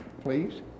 please